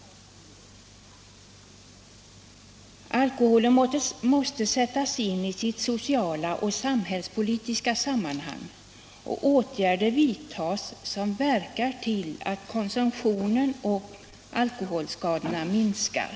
Alkoholen måste sättas in i sitt sociala och samhällspolitiska sammanhang, och åtgärder måste vidtagas som verkar till att alkoholkonsumtion och alkoholskador minskar.